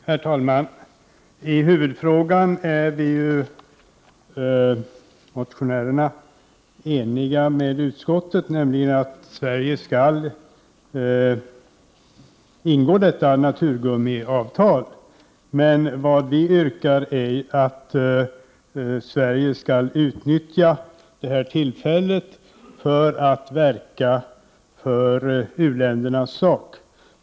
Herr talman! I huvudfrågan är ju vi motionärer eniga med utskottet, nämligen om att Sverige skall ingå detta naturgummiavtal. Men vad vi yrkar är att Sverige skall utnyttja det här tillfället för att verka för u-ländernas sak.